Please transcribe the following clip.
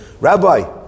Rabbi